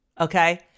okay